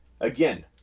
Again